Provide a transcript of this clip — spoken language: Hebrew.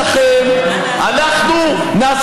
לא ניתן לכם.